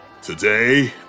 Today